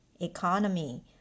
economy